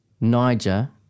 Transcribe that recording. Niger